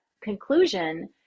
conclusion